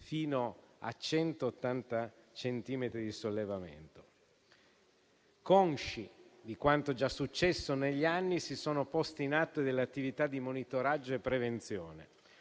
fino a 180 centimetri di sollevamento. Consci di quanto già successo negli anni, si sono poste in atto attività di monitoraggio e prevenzione.